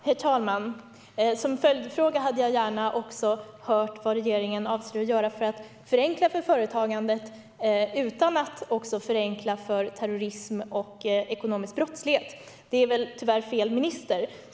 Herr talman! Som följdfråga vill jag gärna höra vad regeringen avser att göra för att förenkla för företagandet utan att också förenkla för terrorism och ekonomisk brottslighet. Tyvärr är det här fel minister.